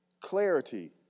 clarity